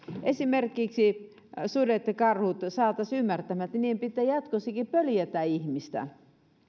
esimerkiksi sudet ja karhut saataisiin ymmärtämään että niiden pitää jatkossakin peljätä ihmistä